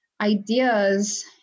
ideas